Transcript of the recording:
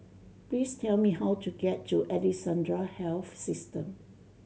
please tell me how to get to Alexandra Health System